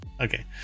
Okay